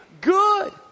good